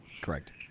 correct